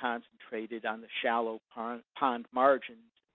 concentrated on the shallow pond pond margins,